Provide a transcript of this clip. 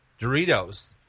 Doritos